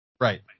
Right